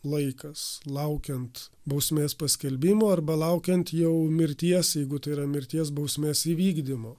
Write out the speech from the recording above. laikas laukiant bausmės paskelbimo arba laukiant jau mirties jeigu tai yra mirties bausmės įvykdymo